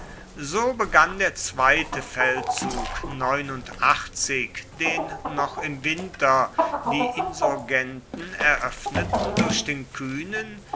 so begann der zweite feldzug den noch im winter die insurgenten eröffneten durch den kühnen